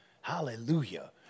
Hallelujah